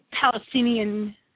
Palestinian